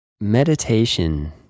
meditation